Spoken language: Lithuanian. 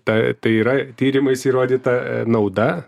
ta tai yra tyrimais įrodyta nauda